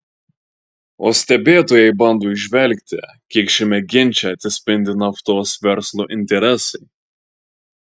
o stebėtojai bando įžvelgti kiek šiame ginče atsispindi naftos verslo interesai